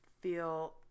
feel